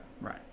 right